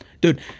Dude –